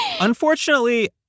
Unfortunately